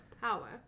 power